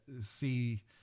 see